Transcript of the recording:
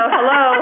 Hello